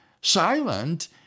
silent